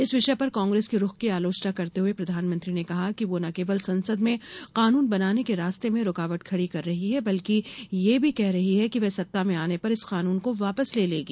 इस विषय पर कांग्रेस के रूख की आलोचना करते हुए प्रधानमंत्री ने कहा कि वो न केवल संसद में कानून बनाने के रास्ते में रूकाबट खड़ी कर रही है बल्कि ये भी कह रही है कि वह सत्ता में आने पर इस कानून को वापस ले लेगी